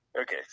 Okay